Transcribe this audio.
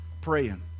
praying